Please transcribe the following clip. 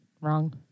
Wrong